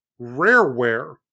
rareware